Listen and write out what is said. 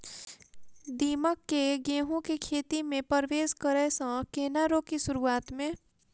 दीमक केँ गेंहूँ केँ खेती मे परवेश करै सँ केना रोकि शुरुआत में?